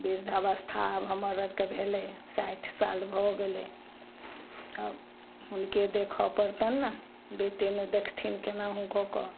वृद्ध अवस्था आब हमर आरके भेलय साठि साल भऽ गेलय अब हुनके देखऽ पड़तनि ने बेटे ने देखथिन केनाहुँ कऽ कऽ